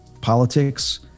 politics